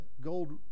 gold